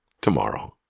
tomorrow